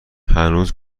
هنوز